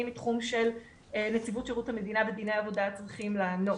מתחום של נציבות שירות המדינה ודיני עבודה צריכים לענות,